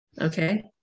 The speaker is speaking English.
okay